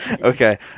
Okay